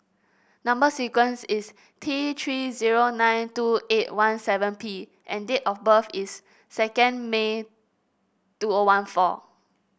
number sequence is T Three zero nine two eight one seven P and date of birth is second May two O one four